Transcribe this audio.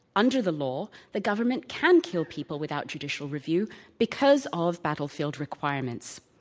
under the law, the government can kill people without judicial review because of battlefield requirements.